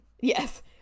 Yes